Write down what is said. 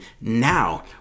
now